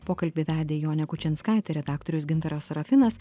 pokalbį vedė jonė kučinskaitė redaktorius gintaras sarafinas